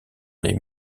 les